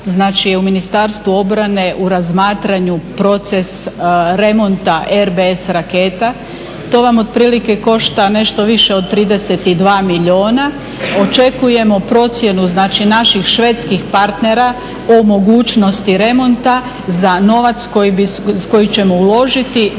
u Ministarstvu obrane u razmatranju proces remonta RBS raketa. To vam otprilike košta nešto više od 32 milijuna. Očekujemo procjenu, znači naših švedskih partnera o mogućnosti remonta za novac koji ćemo uložiti